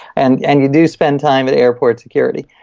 and and you do spend time at airport security,